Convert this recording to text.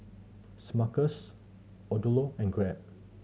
Smuckers Odlo and Grab